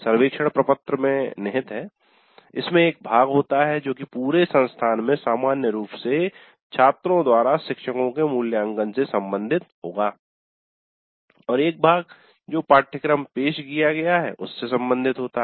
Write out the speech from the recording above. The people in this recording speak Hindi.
सर्वेक्षण प्रपत्र में निहित है इसमें एक भाग होता है जो कि पूरे संस्थान में सामान्य रूप से छात्रों द्वारा शिक्षको के मूल्यांकन से संबंधित होगा और एक भाग जो पाठ्यक्रम पेश किया गया है उससे सम्बंधित होता है